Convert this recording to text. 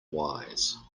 wise